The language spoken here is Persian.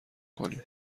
کنیم